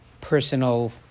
personal